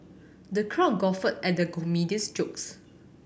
the crowd guffawed at the comedian's jokes